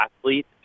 athletes